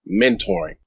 mentoring